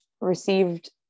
received